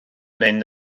mynd